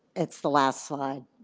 it's the last slide.